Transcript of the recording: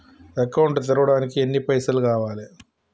Account తెరవడానికి ఎన్ని పైసల్ కావాలే?